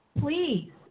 Please